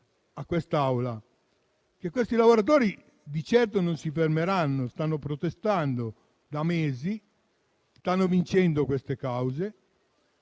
a quest'Aula che questi lavoratori di certo non si fermeranno: stanno protestando da mesi e stanno vincendo le cause.